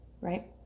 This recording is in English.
right